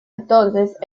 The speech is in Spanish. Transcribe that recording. entonces